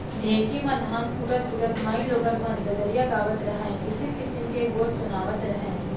ढेंकी म धान कूटत कूटत माइलोगन मन ददरिया गावत रहयँ, किसिम किसिम के गोठ सुनातव रहयँ